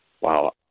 wow